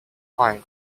line